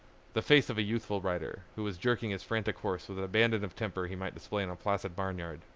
the face of a youthful rider, who was jerking his frantic horse with an abandon of temper he might display in a placid barnyard,